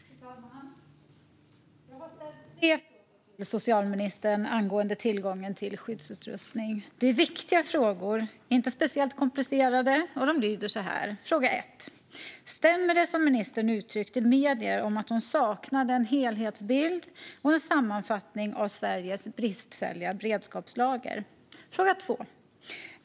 Fru talman! Jag har ställt tre frågor till socialministern angående tillgången till skyddsutrustning. Det är viktiga och inte speciellt komplicerade frågor, och de lyder så här: Stämmer det som ministern uttryckt i medier om att hon saknade en helhetsbild och en sammanfattning av Sveriges bristfälliga beredskapslager?